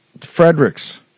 Fredericks